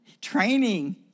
Training